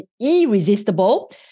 irresistible